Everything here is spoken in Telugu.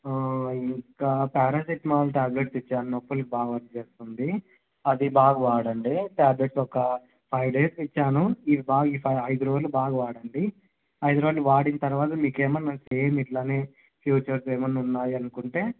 ఇంకా పారాసెటమాల్ ట్యాబ్లెట్స్ ఇచ్చాను నొప్పులకు బాగా వర్క్ చేస్తుంది అది బాగా వాడండి ట్యాబ్లెట్స్ ఒక ఫైవ్ డేస్కిచ్చాను ఇవి బాగా ఈసారి ఐదు రోజులు బాగా వాడండి ఐదు రోజులు వాడిన తరువాత మీకేమన్నాసేమ్ ఇట్లనే ఫ్యూచర్స్ ఏమన్నున్నాయి అనుకుంటే